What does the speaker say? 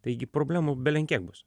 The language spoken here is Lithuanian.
taigi problemų belenkiek bus